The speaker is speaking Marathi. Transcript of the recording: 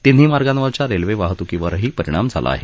तिन्ही मार्गावरच्या रेल्वे वाहतूकीवरही परिणाम झाला आहे